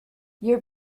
your